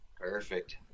Perfect